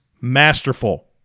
masterful